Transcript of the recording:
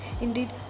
Indeed